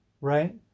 right